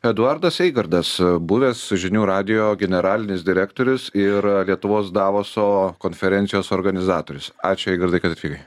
eduardas eigardas a buvęs žinių radijo generalinis direktorius ir a lietuvos davoso konferencijos organizatorius ačiū eigardai kad atvykai